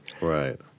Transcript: Right